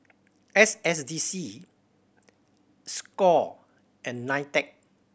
S S D C score and NITEC